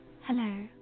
Hello